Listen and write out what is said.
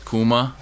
Kuma